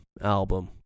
album